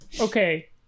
Okay